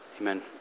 Amen